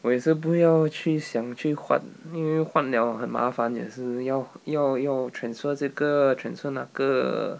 我也是不要去想去换因为换 liao 很麻烦也是要要要 transfer 这个 transfer 那个